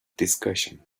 discussion